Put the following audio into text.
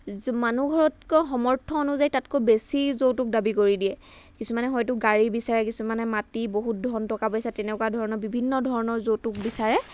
মানুহ ঘৰতকে সামৰ্থ্য অনুযায়ী তাতকৈ বেছি যৌতুক দাবী কৰি দিয়ে কিছুমানে হয়তো গাড়ী বিচাৰে কিছুমনে মাটি বহুত ধন টকা পইচা তেনেকুৱা ধৰণৰ বিভিন্ন ধৰণৰ যৌতুক বিচাৰে